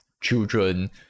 children